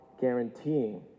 guaranteeing